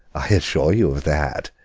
i assure you of that,